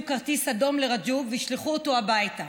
כרטיס אדום לרג'וב וישלחו אותו הביתה.